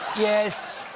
yes,